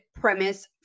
premise